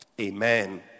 Amen